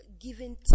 giving